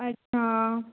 अच्छा